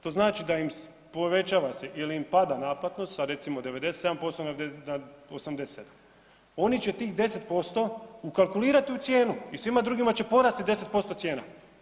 To znači da im se povećava se ili pada naplatnost sa recimo 97% na 87%, oni će tih 10% ukalkulirati u cijenu i svima drugima će porasti 10% cijena.